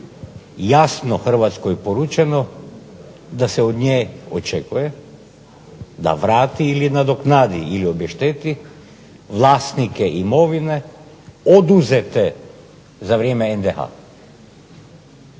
jasno Hrvatskoj poručeno da se od nje poručuje da vrati ili nadoknadi ili obešteti vlasnike imovine oduzete za vrijeme NDH.